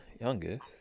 youngest